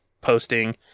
posting